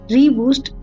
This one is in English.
Reboost